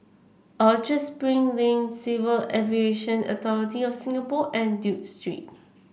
Orchard Spring Lane Civil Aviation Authority of Singapore and Duke Street